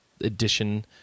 edition